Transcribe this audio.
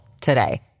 today